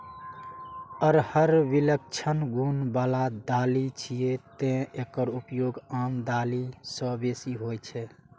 अरहर विलक्षण गुण बला दालि छियै, तें एकर उपयोग आन दालि सं बेसी होइ छै